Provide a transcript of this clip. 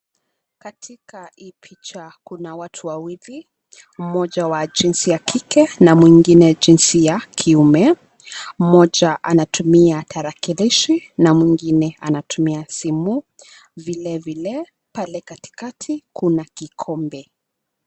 Katika ii picha kuna watu wawili, mmoja wa jinsi ya kike, na mwingine jinsi ya kiume. Mmoja anatumia tarakilishi na mwingine anatumia simu. Vilevile, pale katikati kuna kikombe.